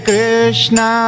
Krishna